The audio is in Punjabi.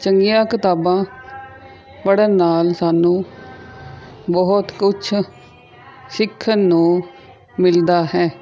ਚੰਗੀਆਂ ਕਿਤਾਬਾਂ ਪੜ੍ਹਨ ਨਾਲ ਸਾਨੂੰ ਬਹੁਤ ਕੁਛ ਸਿੱਖਣ ਨੂੰ ਮਿਲਦਾ ਹੈ